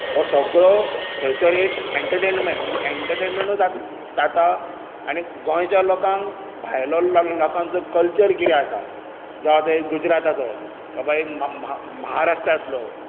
हो सगळो थंयसर एक एंटरटेर्नमेंट म्हणजे एंटरटेर्नमेंटूय जाता आनी गोंयच्या लोकांक भायल्या लोकांचो जो कल्चर कितें आसा जावं ते गुजराताचो बाबा एक महाराष्ट्रातलो